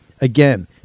Again